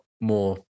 more